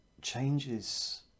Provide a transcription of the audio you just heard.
changes